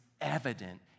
evident